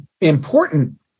important